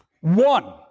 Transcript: One